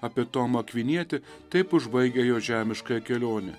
apie tomą akvinietį taip užbaigia jo žemiškąją kelionę